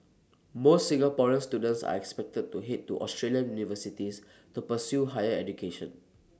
more Singaporean students are expected to Head to Australian universities to pursue higher education